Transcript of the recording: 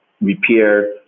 repair